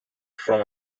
from